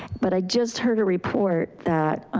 but i just heard a report that